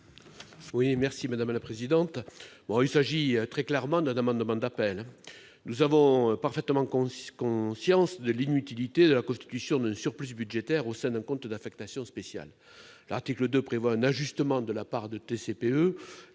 est à M. Claude Raynal. Il s'agit très clairement d'un amendement d'appel. Nous avons parfaitement conscience de l'inutilité de la constitution d'un surplus budgétaire au sein d'un compte d'affectation spéciale. L'article 2 prévoit un ajustement de la part de TICPE